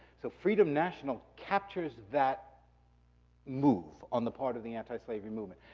so, freedom national captures that move on the part of the antislavery movement.